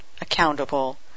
accountable